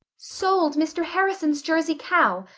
sold mr. harrison's jersey cow.